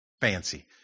fancy